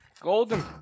Golden